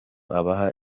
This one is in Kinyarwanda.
abaha